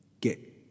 get